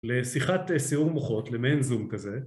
לשיחת סיעור מוחות למעין זום כזה